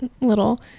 little